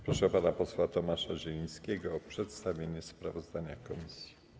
Proszę pana posła Tomasza Zielińskiego o przedstawienie sprawozdania komisji.